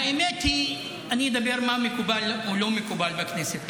האמת היא שאני אדבר על מה מקובל או לא מקובל בכנסת.